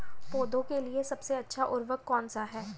पौधों के लिए सबसे अच्छा उर्वरक कौन सा है?